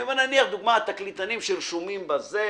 רק תקליטנים שרשומים במקום מסוים,